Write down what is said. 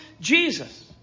Jesus